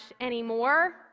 anymore